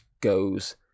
goes